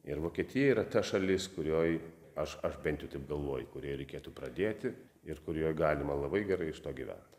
ir vokietija yra ta šalis kurioj aš aš bent jau taip galvoju kurioje reikėtų pradėti ir kurioje galima labai gerai iš to gyvent